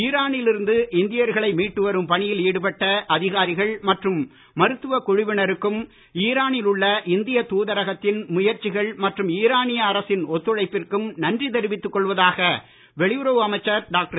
ஈரானில் இருந்து இந்தியர்களை மீட்டு வரும் பணியில் ஈடுபட்ட அதிகாரிகள் மற்றும் மருத்துவக் குழுவினருக்கும் ஈரானில் உள்ள இந்திய தூதரகத்தின் முயற்சிகள் மற்றும் ஈரானிய அரசின் ஒத்துழைப்பிற்கும் நன்றி தெரிவித்து கொள்வதாக வெளியுறவு அமைச்சர் டாக்டர்